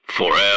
Forever